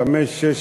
חמישה,